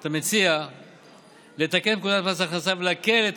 אתה מציע לתקן את פקודת מס הכנסה ולהקל את